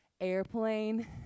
airplane